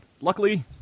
luckily